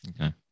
Okay